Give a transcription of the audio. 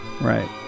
right